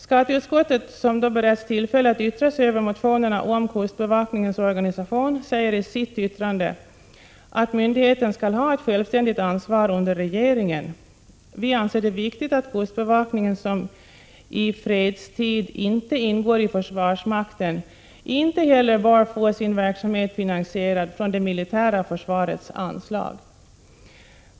Skatteutskottet, som har beretts tillfälle att yttra sig över motionerna om kustbevakningens organisation, säger i sitt yttrande att myndigheten skall ha ett självständigt ansvar under regeringen. Vi anser det viktigt att kustbevakningen, som i fredstid inte ingår i 179 försvarsmakten, inte heller får sin verksamhet finansierad från det militära försvarets anslag.